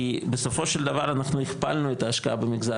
כי בסופו של דבר אנחנו הכפלנו את ההשקעה במגזר